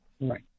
Right